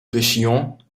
pêchions